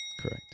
Correct